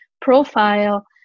profile